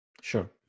Sure